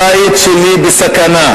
הבית שלי בסכנה.